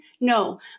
No